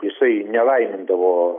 jisai nelaimindavo